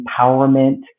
empowerment